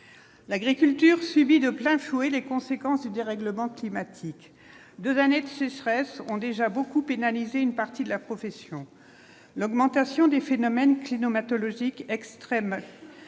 l'agriculture subit de plein fouet les conséquences du dérèglement climatique, 2 années de sécheresse ont déjà beaucoup pénalisés une partie de la profession, l'augmentation des phénomènes climatologiques extrêmes